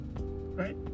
Right